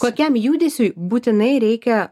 kokiam judesiui būtinai reikia